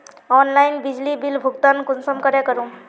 Online बिजली bill भुगतान कुंसम करे करूम?